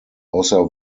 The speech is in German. außer